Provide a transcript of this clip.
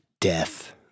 Death